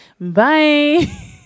Bye